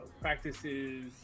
practices